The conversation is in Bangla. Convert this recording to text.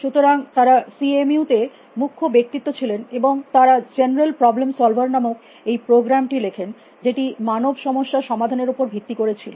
সুতরাং তারা সি এম ইউ তে মুখ্য ব্যক্তিত্ব ছিলেন এবং তারা জেনারেল প্রবলেম সলভার নামক এই প্রোগ্রামটি লেখেন যেটি মানব সমস্যা সমাধানের উপর ভিত্তি করে ছিল